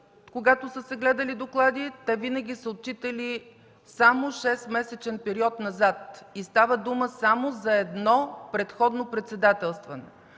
когато са се гледали доклади, те винаги са отчитали само шестмесечен период назад и става дума само за едно предходно председателстване,